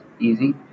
easy